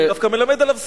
אני דווקא מלמד עליו זכות,